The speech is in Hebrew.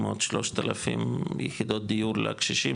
עם עוד 3,000 יחידות דיור לקשישים,